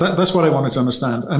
that's what i wanted to understand. and